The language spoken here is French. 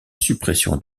suppression